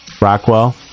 Rockwell